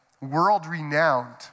world-renowned